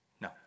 No